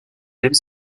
aiment